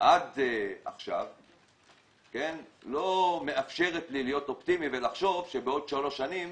עד עכשיו לא מאפשרת לי להיות אופטימי ולחשוב שבעוד שלוש שנים